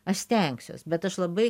aš stengsiuos bet aš labai